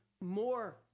more